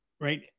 Right